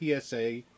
PSA